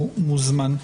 מוזמן.